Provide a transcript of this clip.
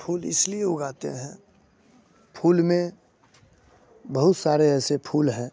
फूल इसलिए उगाते हैं फूल में बहुत सारे ऐसे फूल हैं